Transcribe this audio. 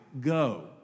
go